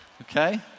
Okay